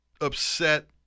upset